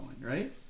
right